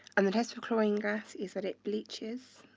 and the test for chlorine gas is that it bleaches